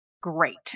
great